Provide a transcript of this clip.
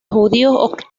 judíos